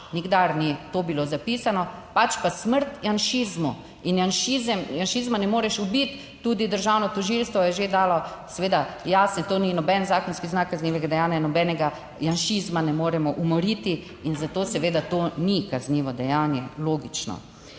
nikdar ni to bilo zapisano, pač pa smrt Janšizmu in Janšizma ne moreš ubiti tudi državno tožilstvo je že dalo seveda jasno, to ni noben zakonski znak kaznivega dejanja in nobenega Janšizma ne moremo umoriti in zato seveda to ni kaznivo dejanje, logično.